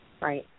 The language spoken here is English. Right